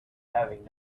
having